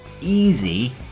easy